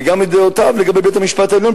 וגם את דעותיו לגבי בית-המשפט העליון,